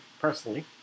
personally